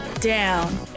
down